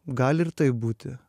gali ir taip būti